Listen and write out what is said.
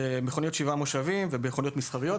במכוניות שבעה מושבים ובמכוניות מסחריות.